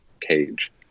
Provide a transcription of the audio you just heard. cage